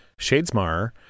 Shadesmar